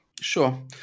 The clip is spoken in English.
Sure